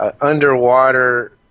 underwater